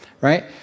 Right